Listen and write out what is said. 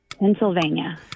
Pennsylvania